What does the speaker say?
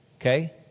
Okay